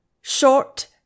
short